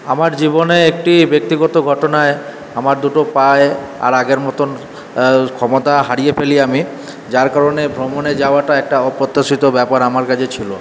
আমার জীবনে একটি ব্যক্তিগত ঘটনায় আমার দুটো পায়ে আর আগের মতন ক্ষমতা হারিয়ে ফেলি আমি যার কারণে ভ্রমণে যাওয়াটা একটা অপ্রত্যাশিত ব্যাপার আমার কাছে ছিলো